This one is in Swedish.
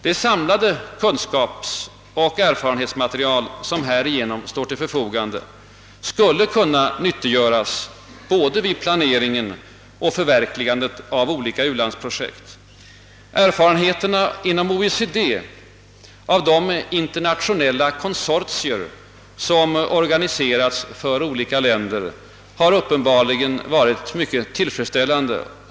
Det samlade kunskapsoch erfarenhetsmaterial som därigenom skapats skulle kunna nyttiggöras både vid planeringen och verkställandet av olika u-landsprojekt. Erfarenheterna inom OECD av de internationella konsortier som organiserats för olika länder har uppenbarligen varit mycket tillfredsställande.